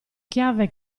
chiave